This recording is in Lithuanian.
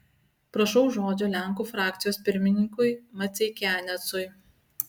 prašau žodžio lenkų frakcijos pirmininkui maceikianecui